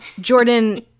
Jordan